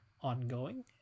ongoing